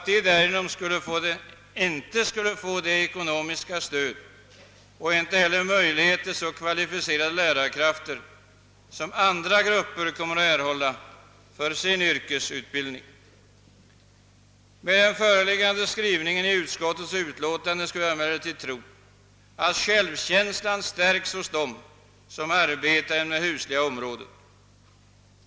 De skulle därigenom varken få ekonomiskt stöd eller möjlighet till kvalificerade lärare som andra grupper kommer att erhålla för sin yrkesutbildning. Med den föreliggande skrivningen i utskottets utlåtande skulle jag emelleritid tro' att självkänslan stärks hos dem som arbetar inom det husliga området.